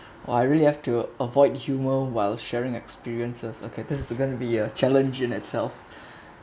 !wah! I really have to avoid humor while sharing experiences okay this is going to be a challenge in itself